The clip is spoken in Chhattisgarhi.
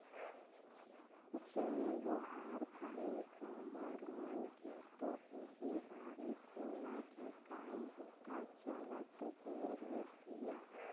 जय जोहार भाई, हमर मन के तो ओहीं बाड़ी कोला के काम बूता चलत हे रे भइया